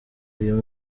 uyu